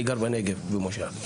אני גר בנגב, במושב.